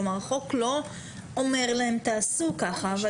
כלומר החוק לא אומר להם שיעשו ככה.